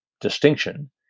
distinction